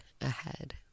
ahead